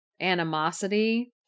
animosity